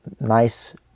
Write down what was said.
nice